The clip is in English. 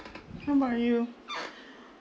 how about you